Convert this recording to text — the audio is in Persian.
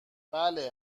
بله